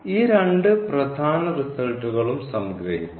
ഈ രണ്ട് പ്രധാന റിസൾട്ടുകളും സംഗ്രഹിക്കുന്നു